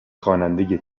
خواننده